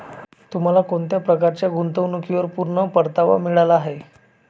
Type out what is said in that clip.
तुम्हाला कोणत्या प्रकारच्या गुंतवणुकीवर पूर्ण परतावा मिळाला आहे